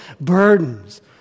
burdens